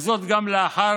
וזאת גם לאחר